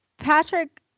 Patrick